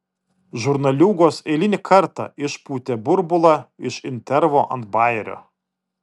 žurnaliūgos eilinį kartą išpūtė burbulą iš intervo ant bajerio